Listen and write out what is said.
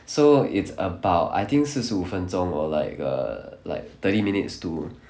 so it's about I think 四十五分钟 or like err like thirty minutes to